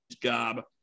job